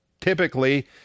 typically